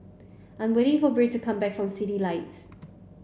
I'm waiting for Britt to come back from Citylights